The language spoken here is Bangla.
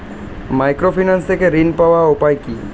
মাইক্রোফিন্যান্স থেকে ঋণ পাওয়ার উপায় কি?